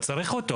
אתה צריך אותו.